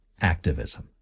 Activism